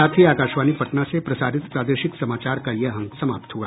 इसके साथ ही आकाशवाणी पटना से प्रसारित प्रादेशिक समाचार का ये अंक समाप्त हुआ